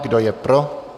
Kdo je pro?